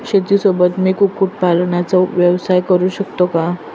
शेतीसोबत मी कुक्कुटपालनाचा व्यवसाय करु शकतो का?